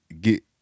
get